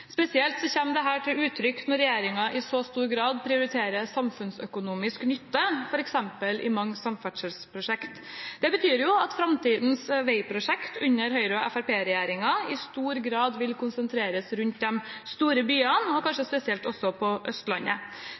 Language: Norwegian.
Spesielt kommer dette til uttrykk når regjeringen i så stor grad prioriterer samfunnsøkonomisk nytte, f.eks. i mange samferdselsprosjekter. Det betyr at framtidens veiprosjekter under Høyre–Fremskrittsparti-regjeringen i stor grad vil konsentreres rundt de store byene, kanskje også spesielt på Østlandet.